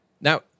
Now